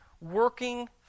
working